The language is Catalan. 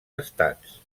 estats